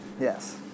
yes